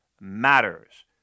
matters